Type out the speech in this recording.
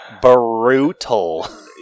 brutal